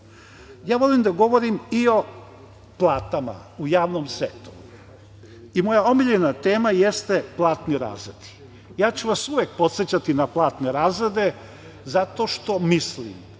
da govorim i o platama u javnom sektoru. Moja omiljena tema jeste platni razredi. Ja ću vas uvek podsećati na platne razrede, zato što mislim